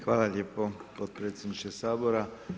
Hvala lijepo potpredsjedniče Sabora.